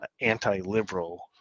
anti-liberal